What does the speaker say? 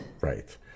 Right